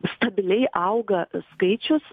stabiliai auga skaičius